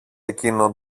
εκείνο